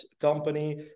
company